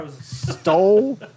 stole